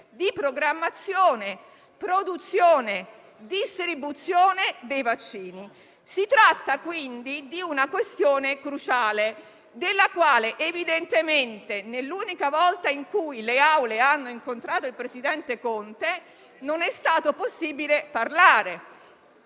di programmazione, produzione e distribuzione dei vaccini. Si tratta, quindi, di una questione cruciale, della quale, evidentemente, nell'unica volta in cui le Aule hanno incontrato il presidente Draghi, non è stato possibile parlare.